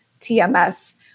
TMS